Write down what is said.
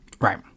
right